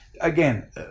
again